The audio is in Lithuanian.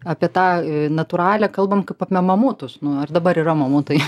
apie tą natūralią kalbam kaip apie mamutus nu ar dabar yra mamutai